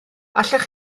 allech